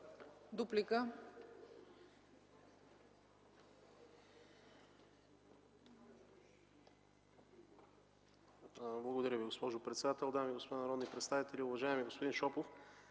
НАЙДЕНОВ: Благодаря Ви, госпожо председател. Дами и господа народни представители! Уважаеми господин Шопов,